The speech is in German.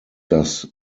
das